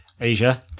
Asia